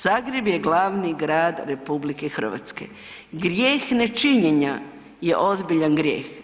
Zagreb je glavni grad RH, grijeh nečinjenja je ozbiljan grijeh.